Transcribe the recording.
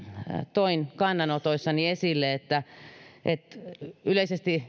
toin kannanotoissani esille että että yleisesti